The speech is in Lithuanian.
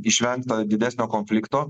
išvengta didesnio konflikto